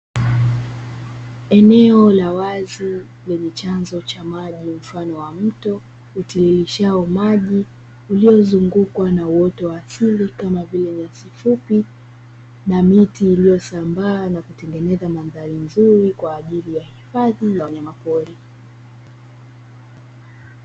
Eneo la wazi kwenye chanzo cha maji mfano wa mto, utiishao maji uliyozungukwa na wote wa asili kama vile, nyasi fupi na miti iliyosambaa na kutengeneza mandhari nzuri kwa ajili ya hifadhi ya wanyamapori.